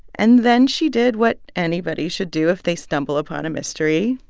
and then she did what anybody should do if they stumble upon a mystery.